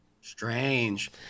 strange